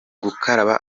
gukaraba